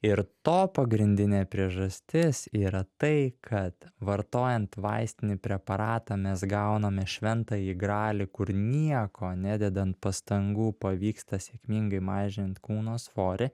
ir to pagrindinė priežastis yra tai kad vartojant vaistinį preparatą mes gauname šventąjį gralį kur nieko nededant pastangų pavyksta sėkmingai mažint kūno svorį